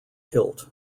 hilt